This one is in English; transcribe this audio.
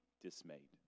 dismayed